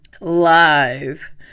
live